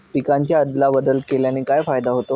पिकांची अदला बदल केल्याने काय फायदा होतो?